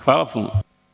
Hvala puno.